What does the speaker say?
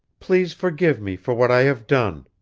please forgive me for what i have done